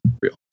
real